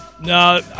No